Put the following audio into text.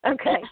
Okay